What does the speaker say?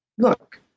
look